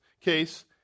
case